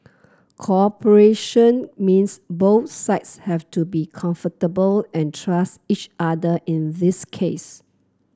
cooperation means both sides have to be comfortable and trust each other in this case